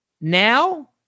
now